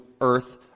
earth